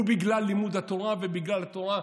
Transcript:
היא בגלל לימוד התורה ובגלל התורה.